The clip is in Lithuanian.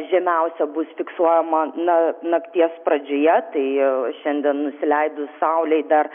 žemiausia bus fiksuojama na nakties pradžioje tai šiandien nusileidus saulei dar